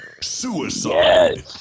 Suicide